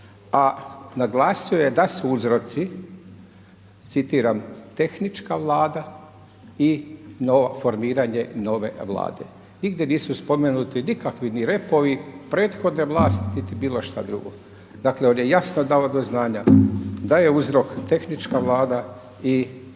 A naglasio je da su uzroci, citiram: „Tehnička Vlada i formiranje nove Vlade.“. Nigdje nisu spomenuti nikakvi ni repovi prethodne vlasti, niti bilo šta drugo. Dakle, on je jasno dao do znanja da je uzrok tehnička Vlada i